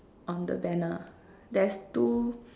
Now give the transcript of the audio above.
on the banner there's two